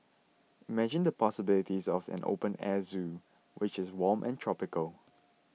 imagine the possibilities of an open air zoo which is warm and tropical